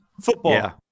Football